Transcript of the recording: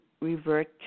revert